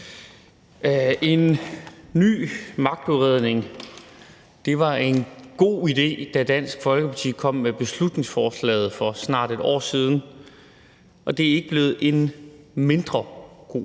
En ny magtudredning var en god idé, da Dansk Folkeparti kom med beslutningsforslaget for snart et år siden, og det er ikke blevet en mindre god